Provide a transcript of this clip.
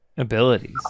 Abilities